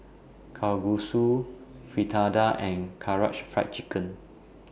Kalguksu Fritada and Karaage Fried Chicken